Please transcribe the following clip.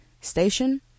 station